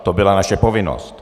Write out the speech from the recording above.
To byla naše povinnost.